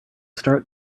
start